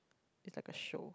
it's like a show